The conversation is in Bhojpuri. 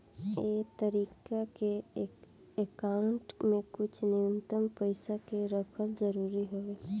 ए तरीका के अकाउंट में कुछ न्यूनतम पइसा के रखल जरूरी हवे